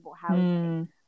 housing